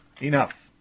Enough